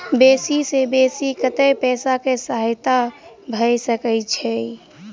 बेसी सऽ बेसी कतै पैसा केँ सहायता भऽ सकय छै?